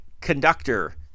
conductor